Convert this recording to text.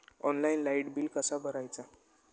Online light bill कसा भरायचा?